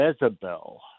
Jezebel